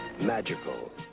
magical